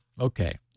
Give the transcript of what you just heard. okay